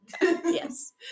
Yes